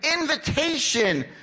invitation